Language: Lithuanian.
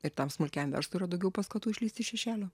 ir tam smulkiam verslui yra daugiau paskatų išlįsti iš šešėlio